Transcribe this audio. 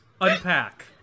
Unpack